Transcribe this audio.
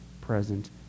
present